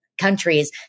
countries